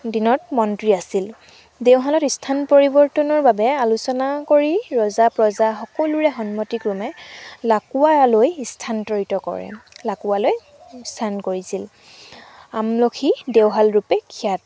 দিনত মন্ত্ৰী আছিল দেওশালত স্থান পৰিৱৰ্তনৰ বাবে আলোচনা কৰি ৰজা প্ৰজা সকলোৰে সন্মতিক্ৰমে লাকুৱালৈ স্থানান্তৰিত কৰে লাকুৱালৈ স্থান কৰিছিল আমলখি দেওশালৰূপে খ্যাত